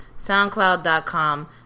SoundCloud.com